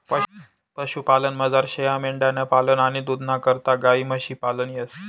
पशुपालनमझार शेयामेंढ्यांसनं पालन आणि दूधना करता गायी म्हशी पालन येस